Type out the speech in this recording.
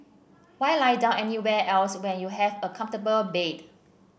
why lie down anywhere else when you have a comfortable bed